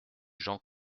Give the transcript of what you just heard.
jean